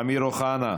אמיר אוחנה,